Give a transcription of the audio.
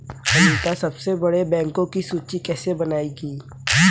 अनीता सबसे बड़े बैंकों की सूची कैसे बनायेगी?